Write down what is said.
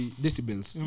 decibels